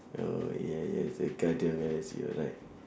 oh yes yes the guardians of galaxy you are right